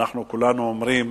ואנחנו כולנו אומרים